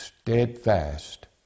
steadfast